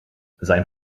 sein